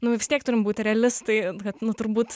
nu vis tiek turim būt realistai kad nu turbūt